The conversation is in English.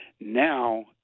Now